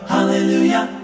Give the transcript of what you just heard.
Hallelujah